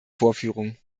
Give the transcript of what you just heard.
vorführung